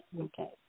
okay